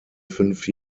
fünf